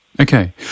Okay